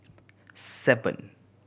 seven